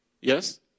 Yes